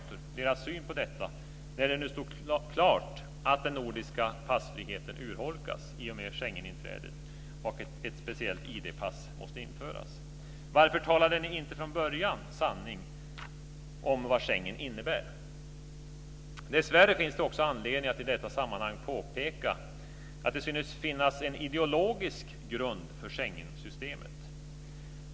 Jag vill gärna ha deras syn på detta, när det nu står klart att den nordiska passfriheten urholkas i och med Schengeninträdet och att ett speciellt ID-pass måste införas. Varför talade ni inte från början sanning om vad Schengen innebär? Dessvärre finns det också anledning att i detta sammanhang påpeka att det synes finnas en ideologisk grund för Schengensystemet.